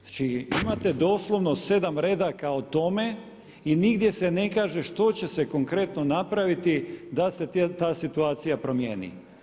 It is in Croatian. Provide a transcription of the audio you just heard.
Znači imate doslovno 7 redaka o tome i nigdje se ne kaže što će se konkretno napraviti da se ta situacija promijeni.